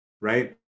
right